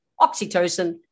oxytocin